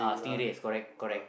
stingrays correct correct